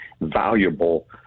valuable